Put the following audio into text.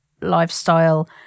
lifestyle